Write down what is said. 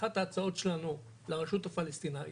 אחת ההצעות שלנו לרשות הפלסטינאית,